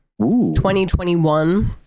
2021